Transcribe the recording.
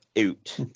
out